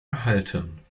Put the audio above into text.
erhalten